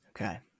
Okay